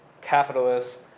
capitalists